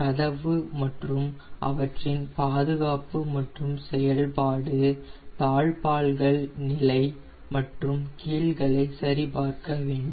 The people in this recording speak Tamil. கதவு மற்றும் அவற்றின் பாதுகாப்பு மற்றும் செயல்பாடு தாழ்ப்பாள்கள் நிலை மற்றும் கீல்களை சரிபார்க்கவேண்டும்